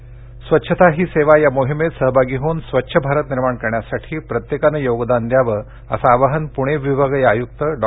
सांगली स्वच्छता ही सेवा या मोहिमेत सहभागी होऊन स्वच्छ भारत निर्माण करण्यासाठी प्रत्येकानं योगदान द्यावं असं आवाहन पूणे विभागीय आयुक्त डॉ